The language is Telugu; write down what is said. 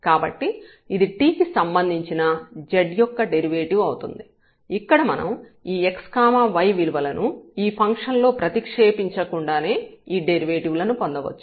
కాబట్టి ఇది t కి సంబంధించిన z యొక్క డెరివేటివ్ అవుతుంది ఇక్కడ మనం ఈ x y విలువలను ఈ ఫంక్షన్ లో ప్రతిక్షేపించకుండానే ఈ డెరివేటివ్ లను పొందవచ్చు